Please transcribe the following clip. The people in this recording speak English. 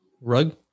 Rug